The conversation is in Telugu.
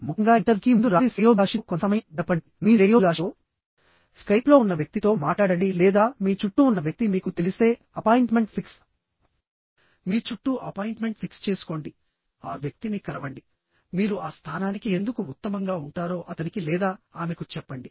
ముఖ్యంగా ఇంటర్వ్యూకి ముందు రాత్రి శ్రేయోభిలాషితో కొంత సమయం గడపండి మీ శ్రేయోభిలాషితో స్కైప్లో ఉన్న వ్యక్తితో మాట్లాడండి లేదా మీ చుట్టూ ఉన్న వ్యక్తి మీకు తెలిస్తే అపాయింట్మెంట్ ఫిక్స్ మీ చుట్టూ అపాయింట్మెంట్ ఫిక్స్ చేసుకోండి ఆ వ్యక్తిని కలవండి మీరు ఆ స్థానానికి ఎందుకు ఉత్తమంగా ఉంటారో అతనికి లేదా ఆమెకు చెప్పండి